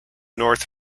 north